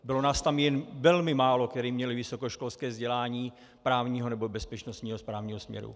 Bylo nás tam jen velmi málo, kteří měli vysokoškolské vzdělání právního nebo bezpečnostního správního směru.